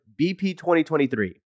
BP2023